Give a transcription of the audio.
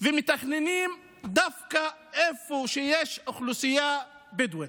ומתכננים דווקא איפה שיש אוכלוסייה בדואית.